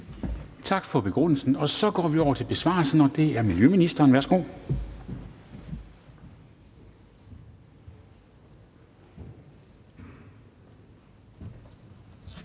Tak for begrundelsen. Så går vi over til besvarelsen, og det er miljøministeren. Værsgo.